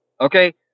Okay